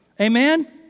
Amen